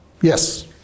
Yes